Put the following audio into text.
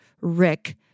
Rick